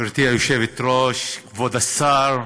גברתי היושבת-ראש, כבוד השר,